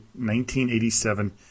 1987